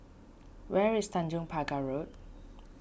where is Tanjong Pagar Road